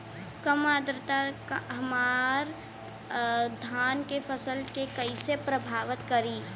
कम आद्रता हमार धान के फसल के कइसे प्रभावित करी?